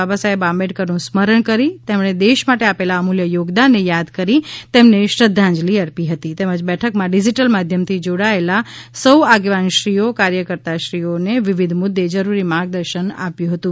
બાબાસાહેબ આંબઠકરનું સ્મરણ કરી તમ્મણ દેશ માટે આપભા અમૂલ્ય યોગદાનન યાદ કરી તમ્મન શ્રધ્ધાંજલિ અર્પી હતી તમ્મજ બલકમાં ડિજીટલ માધ્યમથી જોડાયભા સૌ આગપ્તાનશ્રીઓ કાર્યકર્તાશ્રીઓનાવિવિધ મુદ્દાજરૂરી માર્ગદર્શન આપ્યું હતું